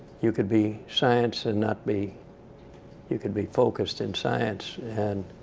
you could be science and not be you could be focused in science and